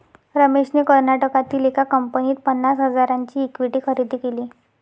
रमेशने कर्नाटकातील एका कंपनीत पन्नास हजारांची इक्विटी खरेदी केली